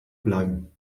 bleiben